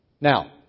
Now